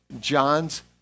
John's